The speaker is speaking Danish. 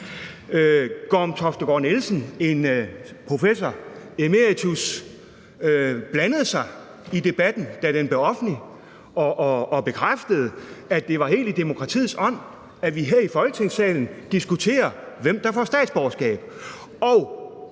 Gorm Toftegaard Nielsen, professor emeritus, blandede sig i debatten, da den blev offentlig, og bekræftede, at det var helt i demokratiets ånd, at vi her i Folketingssalen diskuterer, hvem der får statsborgerskab.